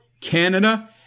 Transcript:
Canada